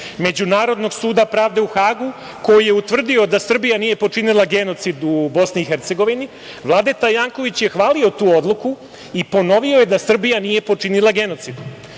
Međunarodnog suda pravde u Hagu koji je utvrdio da Srbija nije počinila genocid u Bosni i Hercegovini, Vladeta Janković je hvalio tu odluku i ponovio je da Srbija nije počinila genocid.